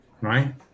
right